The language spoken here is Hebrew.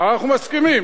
אנחנו מסכימים.